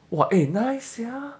!wah! eh nice sia